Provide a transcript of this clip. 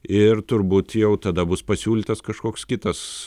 ir turbūt jau tada bus pasiūlytas kažkoks kitas